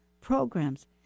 programs